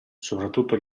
soprattutto